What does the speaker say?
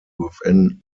within